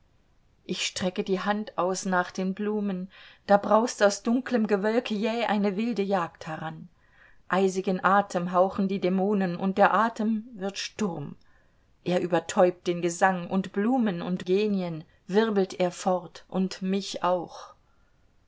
ich strecke die hand aus nach den blumen da braust aus dunklem gewölk jäh eine wilde jagd heran eisigen atem hauchen die dämonen und der atem wird sturm und er übertäubt den gesang und blumen und genien wirbelt er fort und mich auch